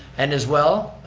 and as well,